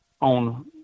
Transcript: on